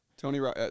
Tony